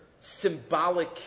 symbolic